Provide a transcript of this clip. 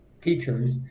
teachers